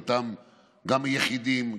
זה גם ליחידים,